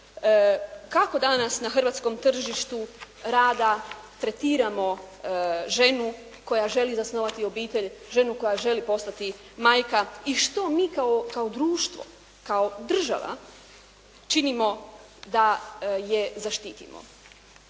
kako danas na hrvatskom tržištu rada tretiramo ženu koja želi zasnovati obitelj, ženu koja želi postati majka i što mi kao društvo, kao država činimo da je zaštitimo?